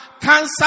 cancer